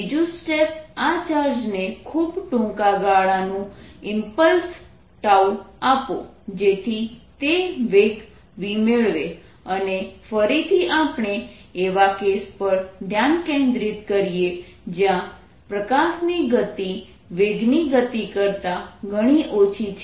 બીજું સ્ટેપ આ ચાર્જને ખૂબ ટૂંકા ગાળાનું ઈમ્પલ્સ આપો જેથી તે વેગ v મેળવે અને ફરીથી આપણે એવા કેસ પર ધ્યાન કેન્દ્રિત કરીએ જ્યાં પ્રકાશની ગતિ વેગની ગતિ કરતા ઘણી ઓછી છે